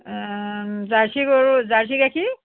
jersey গৰুৰ Jersey গাখীৰ